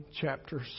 chapter